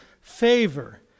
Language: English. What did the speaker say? favor